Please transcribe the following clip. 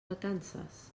vacances